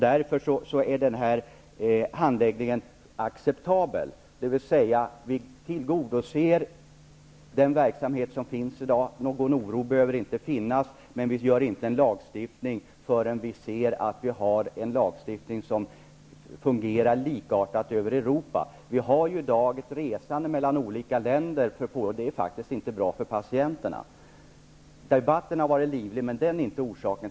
Därför är denna handläggning acceptabel. Vi tillgodoser den verksamhet som sker i dag, och någon oro behöver inte finnas. Men däremot fattar vi inte beslut om en lagstiftning innan vi ser att vi får en lagstiftning som fungerar på samma sätt som lagstiftningen i det övriga Europa. I dag förekommer ett resande mellan olika länder, och det är faktiskt inte bra för patienterna. Debatten har varit livlig, men det är inte orsaken.